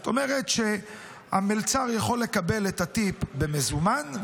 זאת אומרת שהמלצר יכול לקבל את הטיפ במזומן,